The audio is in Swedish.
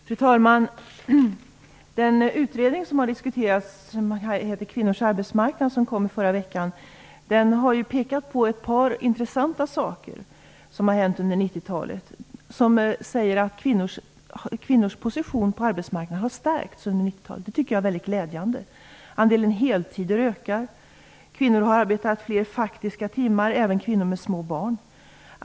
Fru talman! I den utredning som här har diskuterats och som kom i förra veckan, Kvinnors arbetsmarknad, har man pekat på ett par intressanta saker som har hänt under 90-talet. Kvinnors position på arbetsmarknaden har stärkts under 90-talet. Det tycker jag är väldigt glädjande. Andelen heltider ökar. Kvinnorna har arbetat fler faktiska timmar, och det gäller även kvinnor med små barn.